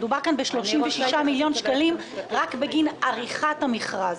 מדובר כאן ב-36 מיליון שקלים רק בגין עריכת המכרז.